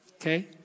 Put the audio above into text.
Okay